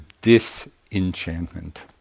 disenchantment